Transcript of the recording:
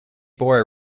bore